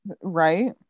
Right